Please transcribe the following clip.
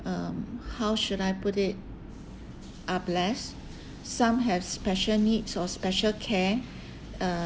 um how should I put it are blessed some have special needs or special care uh